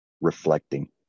reflecting